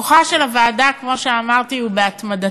כוחה של הוועדה, כמו שאמרתי, הוא בהתמדתה,